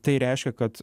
tai reiškia kad